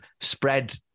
spread